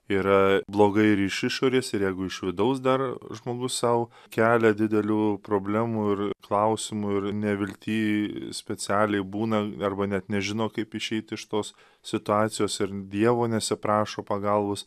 yra blogai ir iš išorės ir jeigu iš vidaus dar žmogus sau kelia didelių problemų ir klausimų ir nevilty specialiai būna arba net nežino kaip išeit iš tos situacijos ir dievo nesiprašo pagalbos